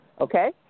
okay